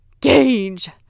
GAUGE